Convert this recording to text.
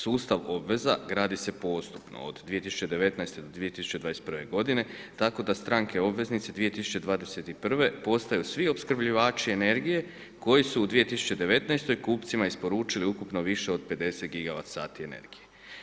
Sustav obveza gradi se postupno od 2019. do 2021. godine tako da stranke obveznici 2021. postaju svi opskrbljivači energije koji su u 2019. kupcima isporučili ukupno više od 50 gigavacati energije.